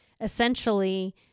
Essentially